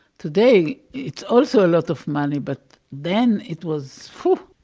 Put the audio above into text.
today it's also a lot of money, but then it was, phew,